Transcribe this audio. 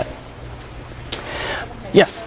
it yes